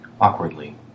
awkwardly